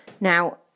Now